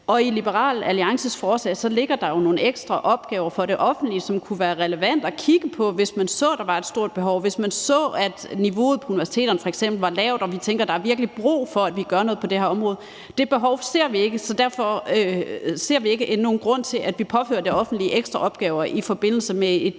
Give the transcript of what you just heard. I Liberal Alliances forslag ligger der jo nogle ekstra opgaver for det offentlige, som kunne være relevante at kigge på, hvis man så, at der var et stort behov, og hvis man så, at niveauet på universiteterne f.eks. var lavt, og vi tænkte, at der virkelig var brug for, at vi gjorde noget på det her område. Det behov ser vi ikke, så derfor ser vi ikke nogen grund til, at vi påfører det offentlige ekstra opgaver i forbindelse med et